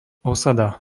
osada